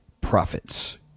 profits